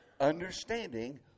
understanding